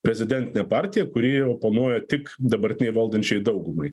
prezidentinė partija kuri oponuoja tik dabartinei valdančiai daugumai